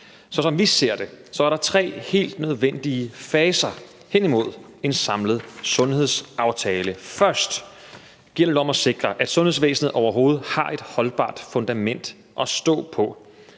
Så som vi ser det, er der tre helt nødvendige faser hen imod en samlet sundhedsaftale. Først gælder det om at sikre, at sundhedsvæsenet overhovedet har et holdbart fundament at stå på.